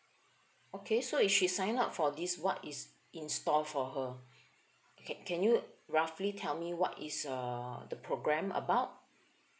okay so if she sign up for this what is in store for her can can you roughly tell me what is uh the program about